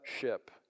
ship